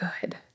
good